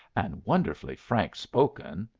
and wonderfully frank spoken.